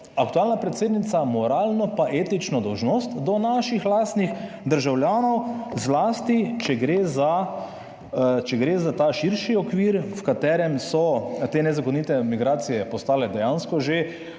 aktualna predsednica moralno pa etično dolžnost do naših lastnih državljanov, zlasti če gre za ta širši okvir v katerem so te nezakonite migracije postale dejansko že